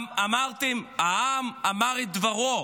אמרתם: העם אמר את דברו,